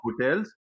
hotels